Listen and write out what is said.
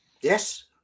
Yes